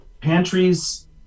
Pantries